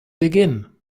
begin